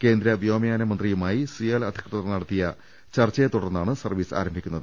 കേന്ദ്ര വ്യോമയാന മന്ത്രിയുമായി സിയാൽ അധികൃതർ നടത്തിയ ചർച്ചയെ തുടർന്നാണ് സർവീസ് ആരംഭിക്കുന്നത്